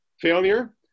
failure